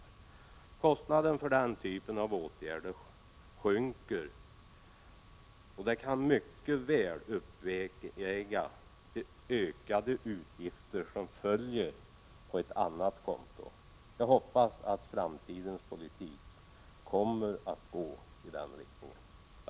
Kostnaden för den typen av åtgärder sjunker, och det kan mycket väl uppväga de ökade utgifter som kommer på ett annat konto. Jag hoppas att framtidens politik kommer att gå i den riktningen.